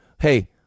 hey